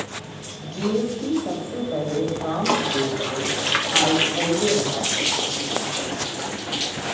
GST सबसे पहले France देश मे अइले हल